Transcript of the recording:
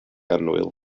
annwyl